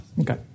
Okay